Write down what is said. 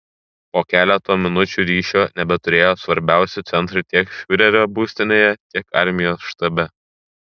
po keleto minučių ryšio nebeturėjo svarbiausi centrai tiek fiurerio būstinėje tiek armijos štabe